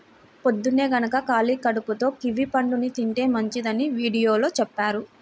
పొద్దన్నే గనక ఖాళీ కడుపుతో కివీ పండుని తింటే మంచిదని వీడియోలో చెప్పారు